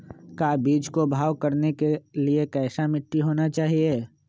का बीज को भाव करने के लिए कैसा मिट्टी होना चाहिए?